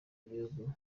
gihugu